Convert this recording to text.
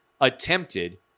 attempted